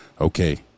Okay